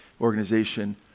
Organization